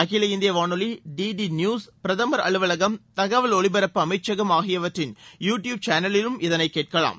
அகில இந்திய வானொலி டிடி நியூஸ் பிரதமர் அலுவலகம் தகவல் ஒலிபரப்பு அமைச்சகம் ஆகியவற்றின் யூ டியூப் சேனலிலும் இதனை கேட்கலாம்